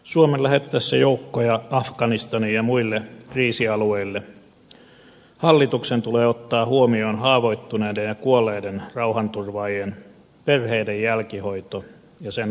suomen lähettäessä joukkoja afganistaniin ja muille kriisialueille hallituksen tulee ottaa huomioon haavoittuneiden ja kuolleiden rauhanturvaajien perheiden jälkihoito ja sen aiheuttamat kulut